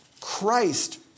Christ